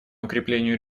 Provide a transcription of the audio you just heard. укреплению